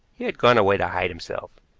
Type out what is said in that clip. he had gone away to hide himself.